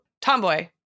tomboy